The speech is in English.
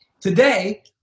Today